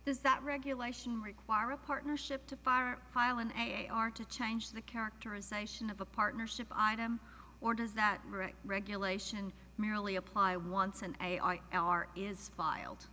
does that regulation require a partnership to far file in a are to change the characterization of a partnership item or does that mean regulation merely apply once an l r is filed